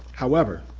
however,